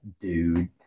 Dude